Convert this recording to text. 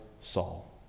Saul